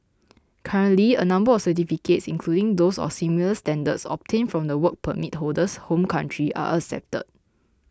currently a number of certificates including those of similar standards obtained from the Work Permit holder's home country are accepted